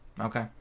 Okay